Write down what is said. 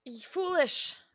Foolish